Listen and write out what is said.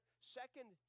second